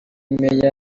meya